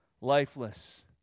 lifeless